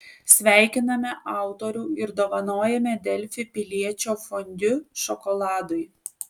sveikiname autorių ir dovanojame delfi piliečio fondiu šokoladui